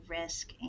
risk